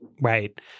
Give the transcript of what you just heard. right